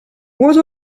what